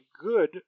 good